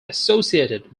associated